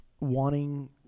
wanting